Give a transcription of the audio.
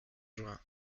joint